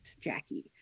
Jackie